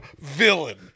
villain